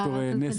ד"ר נס,